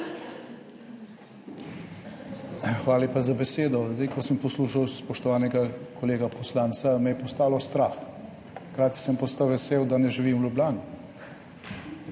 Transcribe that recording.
Hvala lepa za besedo. Ko sem poslušal spoštovanega kolega poslanca, me je postalo strah. Hkrati sem postal vesel, da ne živim v Ljubljani.